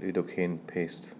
Lidocaine Paste